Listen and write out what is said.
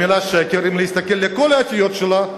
המלה שקר, אם להסתכל על האותיות שלה,